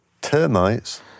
Termites